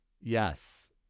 Yes